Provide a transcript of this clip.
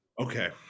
okay